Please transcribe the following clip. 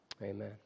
Amen